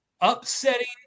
upsetting